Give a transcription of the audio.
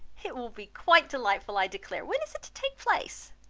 it will be quite delightful, i declare! when is it to take place?